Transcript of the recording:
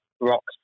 rocks